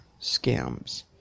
scams